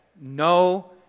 No